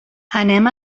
anem